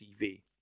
TV